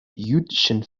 jüdischen